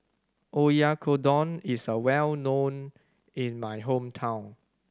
Oyakodon is a well known in my hometown